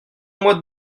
mois